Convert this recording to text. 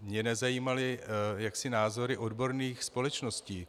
Mě nezajímaly názory odborných společností.